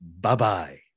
Bye-bye